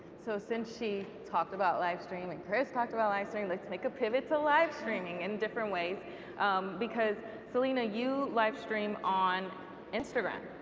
so since she talked about livestream and chris talked about livestream, let's make a pivot to livestreaming in different ways because selena you livestream on instagram,